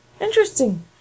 Interesting